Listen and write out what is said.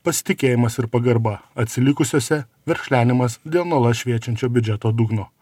pasitikėjimas ir pagarba atsilikusiose verkšlenimas dėl nuolat šviečiančio biudžeto dugno